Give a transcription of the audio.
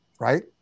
Right